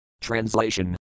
Translation